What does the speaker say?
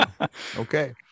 okay